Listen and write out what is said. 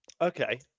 Okay